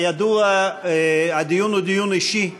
כידוע, הדיון הוא דיון אישי,